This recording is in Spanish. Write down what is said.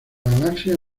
galaxia